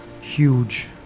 huge